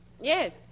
Yes